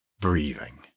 Breathing